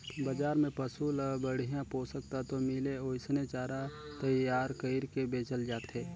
बजार में पसु ल बड़िहा पोषक तत्व मिले ओइसने चारा तईयार कइर के बेचल जाथे